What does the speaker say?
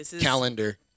calendar